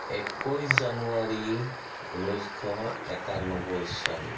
একৈছ জানুৱাৰী ঊনৈছশ একান্নবৈ চন